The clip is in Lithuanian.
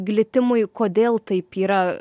glitimui kodėl taip yra